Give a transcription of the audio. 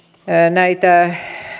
näitä